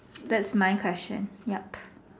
that is my question yup